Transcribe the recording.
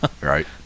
Right